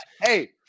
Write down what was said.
Hey